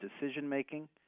decision-making